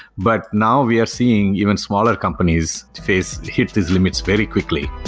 but now we are seeing even smaller companies face hit these limits very quickly